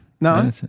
No